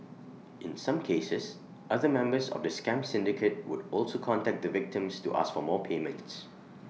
in some cases other members of the scam syndicate would also contact the victims to ask for more payments